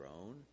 own